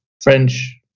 French